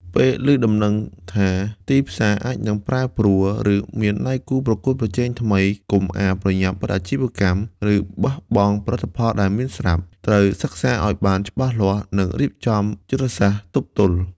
ពេលឮដំណឹងថាទីផ្សារអាចនឹងប្រែប្រួល ឬមានដៃគូប្រកួតប្រជែងថ្មី កុំអាលប្រញាប់បិទអាជីវកម្ម ឬបោះបង់ផលិតផលដែលមានស្រាប់។ ត្រូវសិក្សាឲ្យច្បាស់លាស់ និងរៀបចំយុទ្ធសាស្ត្រទប់ទល់។